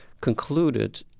concluded